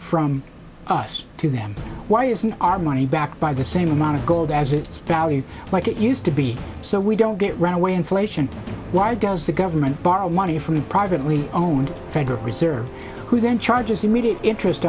from us to them why isn't our money back by the same amount of gold as its value like it used to be so we don't get runaway inflation why does the government borrow money from the privately owned federal reserve who then charges immediate interest